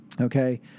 Okay